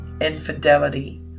infidelity